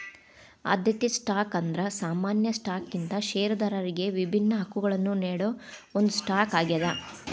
ಆದ್ಯತೆ ಸ್ಟಾಕ್ ಅಂದ್ರ ಸಾಮಾನ್ಯ ಸ್ಟಾಕ್ಗಿಂತ ಷೇರದಾರರಿಗಿ ವಿಭಿನ್ನ ಹಕ್ಕಗಳನ್ನ ನೇಡೋ ಒಂದ್ ಸ್ಟಾಕ್ ಆಗ್ಯಾದ